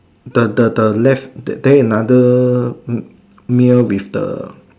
the the the left then another male with the